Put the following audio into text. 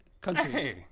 countries